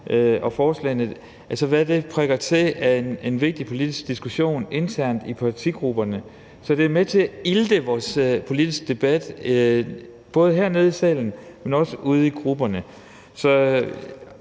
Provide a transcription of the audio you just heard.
på borgerforslag.dk prikker til i forhold til en vigtig politisk diskussion internt i partigrupperne. Så det er med til at ilte vores politiske debat både hernede i salen, men også ude i grupperne.